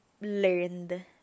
learned